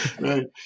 right